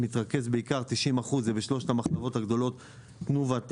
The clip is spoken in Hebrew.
90% מתרכז בשלושת המחלבות הגדולות תנובה,